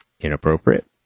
inappropriate